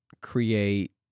create